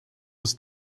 ist